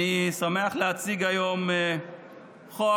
אני שמח להציג היום חוק